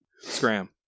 Scram